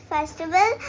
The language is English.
Festival